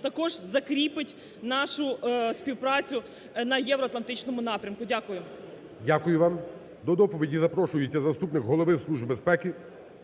також закріпить нашу співпрацю на євроатлантичному напрямку. Дякую. ГОЛОВУЮЧИЙ. Дякую вам. До доповіді запрошується заступник голови Служби безпеки